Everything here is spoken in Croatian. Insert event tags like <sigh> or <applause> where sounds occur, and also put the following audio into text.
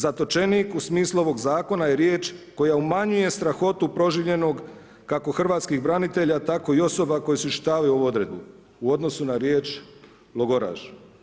Zatočenik u smislu ovog zakona je riječ koja umanjuje strahotu proživljenog kako hrvatskih branitelja tako i osoba koje … <unintelligible> ovu odredbu o odnosu na riječ logoraš.